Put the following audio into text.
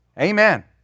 Amen